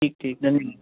ठीक ठीक